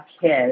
kids